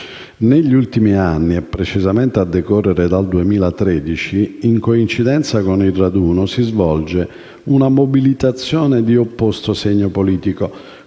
Negli ultimi anni, e precisamente a decorrere dal 2013, in coincidenza con il raduno si svolge una mobilitazione di opposto segno politico,